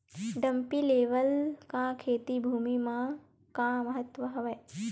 Dumpy level का खेती भुमि म का महत्व हावे?